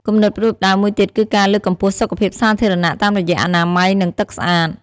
គំនិតផ្តួចផ្តើមមួយទៀតគឺការលើកកម្ពស់សុខភាពសាធារណៈតាមរយៈអនាម័យនិងទឹកស្អាត។